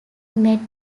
met